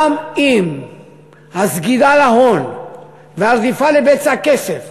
גם אם הסגידה להון והרדיפה של בצע הכסף